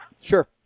Sure